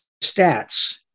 stats